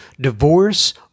divorce